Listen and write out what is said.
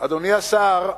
אדוני השר,